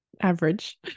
average